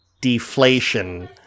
deflation